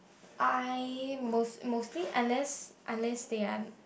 I most mostly unless unless they are